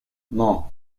non